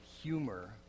humor